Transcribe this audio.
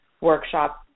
workshop